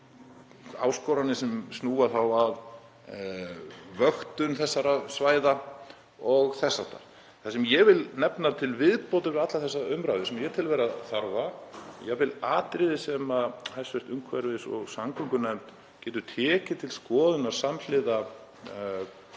áskoranir sem snúa þá að vöktun þessara svæða og þess háttar. Það sem ég vil nefna til viðbótar við alla þessa umræðu, sem ég tel vera þarfa, jafnvel atriði sem hv. umhverfis- og samgöngunefnd getur tekið til skoðunar samhliða